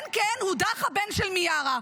כן, כן, הודח הבן של מיארה.